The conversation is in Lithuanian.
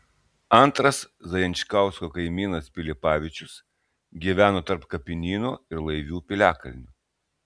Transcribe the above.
antras zajančkausko kaimynas pilipavičius gyveno tarp kapinyno ir laivių piliakalnio